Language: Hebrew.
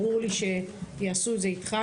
ברור לי שיעשו את זה איתך.